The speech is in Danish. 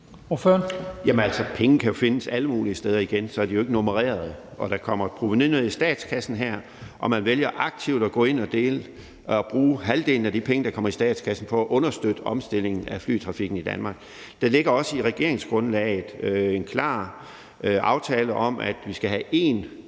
Penge kan jo findes alle mulige steder. Igen vil jeg sige, at de jo ikke er nummereret. Der kommer et provenu ned i statskassen her, og man vælger aktivt at gå ind at bruge halvdelen af de penge, der kommer i statskassen, på at understøtte omstillingen af flytrafikken i Danmark. Der ligger også i regeringsgrundlaget en klar aftale om, at vi skal have én